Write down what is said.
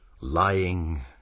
lying